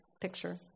picture